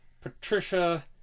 Patricia